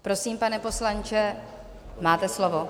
Prosím, pane poslanče, máte slovo.